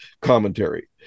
commentary